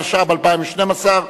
התשע"ב 2011,